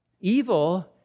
evil